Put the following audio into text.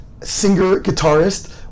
singer-guitarist